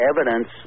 evidence